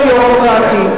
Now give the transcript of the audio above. אז ביורוקרטי,